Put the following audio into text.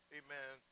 amen